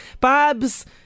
Babs